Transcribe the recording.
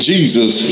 Jesus